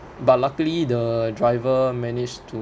but luckily the driver managed to